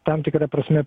tam tikra prasme